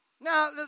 Now